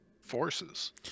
forces